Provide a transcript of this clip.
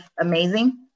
Amazing